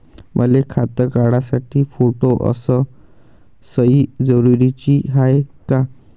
मले खातं काढासाठी फोटो अस सयी जरुरीची हाय का?